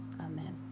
Amen